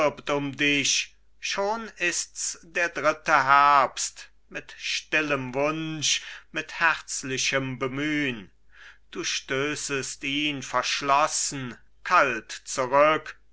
um dich schon ists der dritte herbst mit stillem wunsch mit herzlichem bemühn du stößest ihn verschlossen kalt zurück